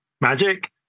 Magic